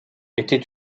était